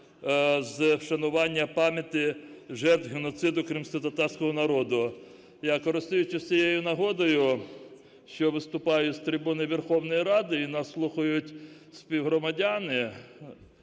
з вшанування пам'яті жертв геноциду кримськотатарського народу. Я, користуючись цією нагодою, що виступаю з трибуни Верховної Ради і нас слухають співгромадяни,